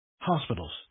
Hospitals